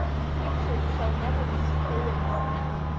in the future we shall never be secure in this town,